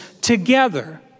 together